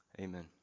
amen